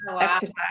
exercise